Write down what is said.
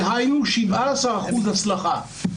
דהיינו 17% הצלחה.